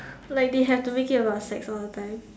like they have to make it about sex all the time